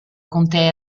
contea